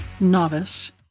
Novice